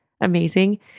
amazing